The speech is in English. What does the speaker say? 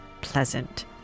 pleasant